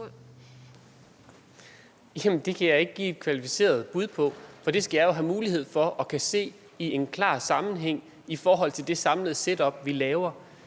Jamen det kan jeg ikke give et kvalificeret bud på, for jeg skal jo have mulighed for at kunne se en klar sammenhæng med det samlede setup, vi laver.